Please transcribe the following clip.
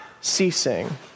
ceasing